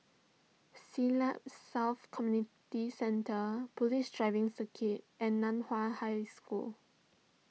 Siglap South Community Centre Police Driving Circuit and Nan Hua High School